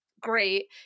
great